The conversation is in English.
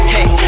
Hey